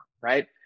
right